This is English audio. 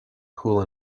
cool